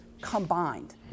combined